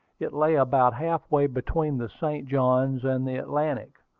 it lay about half-way between the st. johns and the atlantic,